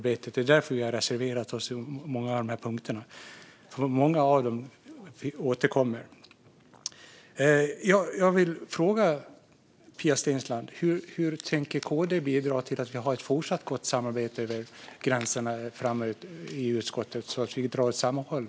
Det är därför vi har reserverat oss på många av punkterna, och många av dessa punkter återkommer. Jag vill fråga Pia Steensland: Hur tänker KD bidra till att vi får ett fortsatt gott samarbete över gränserna i utskottet, så att vi drar åt samma håll?